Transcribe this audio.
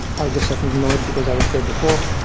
i just happen to know it because i was there before.